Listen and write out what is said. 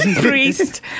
priest